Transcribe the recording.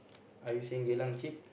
are you saying Geylang cheap